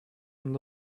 and